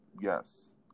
Yes